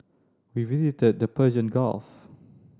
we visited the Persian Gulf